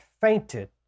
fainted